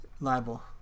Libel